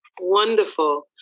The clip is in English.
Wonderful